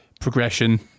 progression